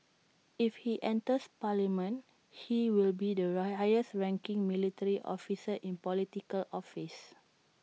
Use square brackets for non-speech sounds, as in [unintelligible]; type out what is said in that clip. if he enters parliament he will be the [unintelligible] highest ranking military officer in Political office